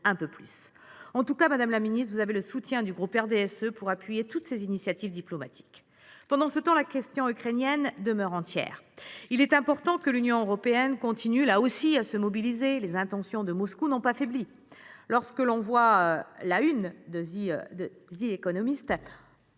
état de cause, madame la secrétaire d’État, vous avez le soutien du groupe du RDSE pour appuyer toutes ces initiatives diplomatiques. Pendant ce temps, la question ukrainienne demeure entière. Il est important que l’Union européenne continue, là aussi, à se mobiliser. Les intentions de Moscou n’ont pas faibli. La une de, qui titre « Est